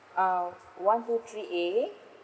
uh one two three A